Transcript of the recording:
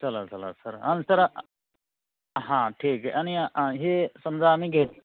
चला चला सर आणि सर हां ठीक आहे आणि हे समजा आम्ही घेतलो